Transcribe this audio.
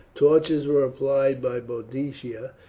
torches were applied by boadicea,